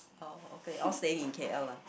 oh okay all staying in K_L lah